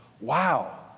wow